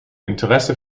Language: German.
interesse